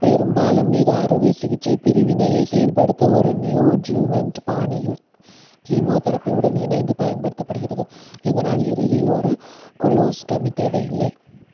பெரும்பாலும் இது அறுவைசிகிச்சை பிரிவினையை செயல்படுத்த ஒரு நியோட்ஜுவண்ட் பாணியில் கீமோதெரபியுடன் இணைந்து பயன்படுத்தப்படுகிறது இதனால் இறுதியில் ஒரு கொலோஸ்டமி தேவையில்லை